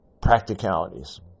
practicalities